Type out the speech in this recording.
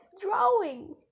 drawing